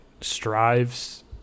strives